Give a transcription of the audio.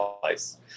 place